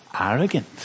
arrogant